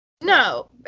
No